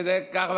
וזה ככה,